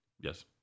Yes